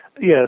Yes